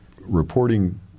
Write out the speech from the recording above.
reporting